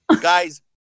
Guys